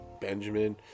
Benjamin